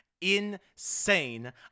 insane